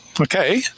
Okay